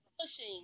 pushing